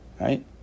Right